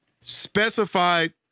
specified